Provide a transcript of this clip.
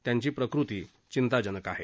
त्यांची प्रकृती चिंताजनक आहे